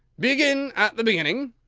begin at the beginning,